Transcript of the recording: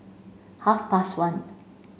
half past one